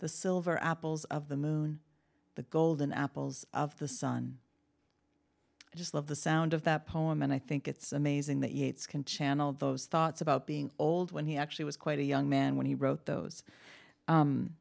the silver apples of the moon the golden apples of the sun i just love the sound of that poem and i think it's amazing that yeats can channel those thoughts about being old when he actually was quite a young man when he wrote those